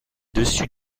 dessus